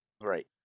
Right